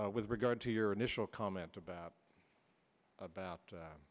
with regard to your initial comment about about